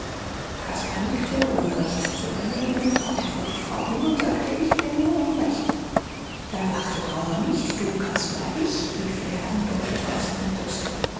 nickte ohne recht zu überlegen trat er vor die frau hin und sagte ich bin im unrecht da lachte daumer nicht du caspar ich rief er und deutete auf seine brust